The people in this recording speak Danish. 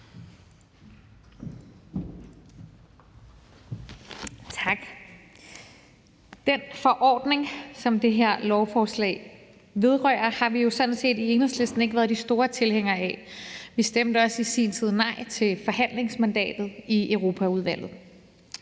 Tak. Den forordning, som det her lovforslag vedrører, har vi jo sådan set i Enhedslisten ikke været de store tilhængere af. Vi stemte også i sin tid nej til forhandlingsmandatet i Europaudvalget.